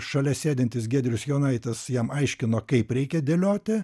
šalia sėdintis giedrius jonaitis jam aiškino kaip reikia dėlioti